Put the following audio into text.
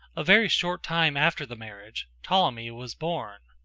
a very short time after the marriage, ptolemy was born.